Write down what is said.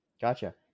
Gotcha